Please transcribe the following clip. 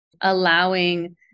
allowing